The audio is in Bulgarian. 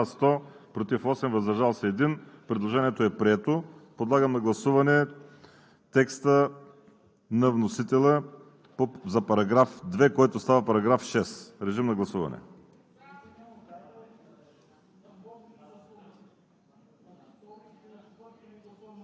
Режим на прегласуване.